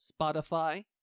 Spotify